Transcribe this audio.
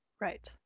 Right